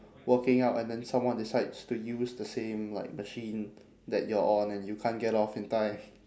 working out and then someone decides to use the same like machine that you're on and you can't get off in time